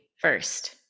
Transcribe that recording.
first